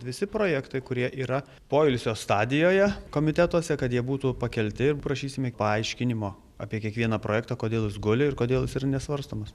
visi projektai kurie yra poilsio stadijoje komitetuose kad jie būtų pakelti prašysime paaiškinimo apie kiekvieną projektą kodėl jis guli ir kodėl jis yra nesvarstomas